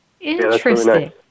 Interesting